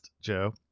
joe